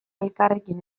elkarrekin